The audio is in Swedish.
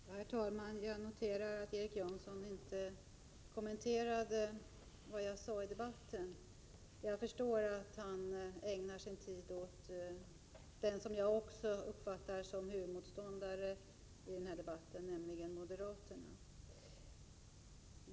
Herr talman! Jag noterar att Erik Janson inte kommenterade vad jag sade. Jag förstår att han ägnar sin tid åt den som jag också uppfattar som huvudmotståndare i den här debatten, nämligen moderaternas företrädare.